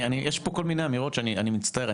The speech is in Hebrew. יש פה כל מיני אמירות שאני מצטער,